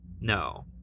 No